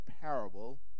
parable